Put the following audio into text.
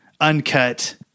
uncut